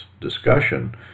discussion